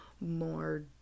more